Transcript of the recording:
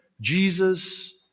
Jesus